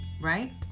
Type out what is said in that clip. right